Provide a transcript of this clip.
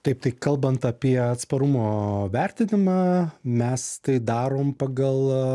taip tai kalbant apie atsparumo vertinimą mes tai darom pagal